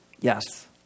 Yes